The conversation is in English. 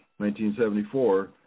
1974